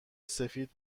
سفید